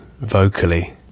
vocally